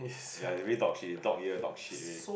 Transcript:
ya is very dog shit dog year dog shit already